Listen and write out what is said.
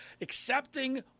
accepting